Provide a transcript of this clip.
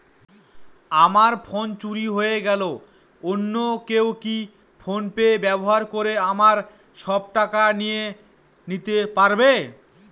আমার ফোন চুরি হয়ে গেলে অন্য কেউ কি ফোন পে ব্যবহার করে আমার সব টাকা নিয়ে নিতে পারবে?